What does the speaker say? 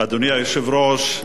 אדוני היושב-ראש,